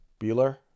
Bueller